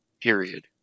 period